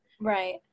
right